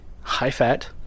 high-fat